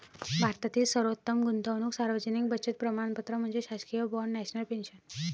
भारतातील सर्वोत्तम गुंतवणूक सार्वजनिक बचत प्रमाणपत्र म्हणजे शासकीय बाँड नॅशनल पेन्शन